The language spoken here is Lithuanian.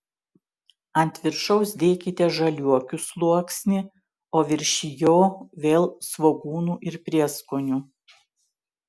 ant viršaus dėkite žaliuokių sluoksnį o virš jo vėl svogūnų ir prieskonių